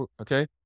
Okay